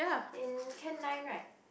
in can nine right